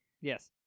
Yes